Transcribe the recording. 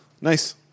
nice